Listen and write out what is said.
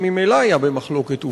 שממילא היה במחלוקת,